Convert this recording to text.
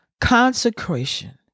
Consecration